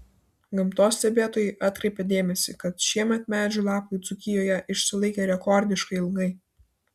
gamtos stebėtojai atkreipė dėmesį kad šiemet medžių lapai dzūkijoje išsilaikė rekordiškai ilgai